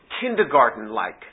kindergarten-like